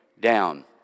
down